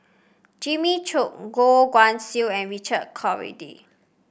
Jimmy Chok Goh Guan Siew and Richard Corridon